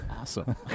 awesome